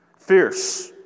fierce